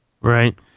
Right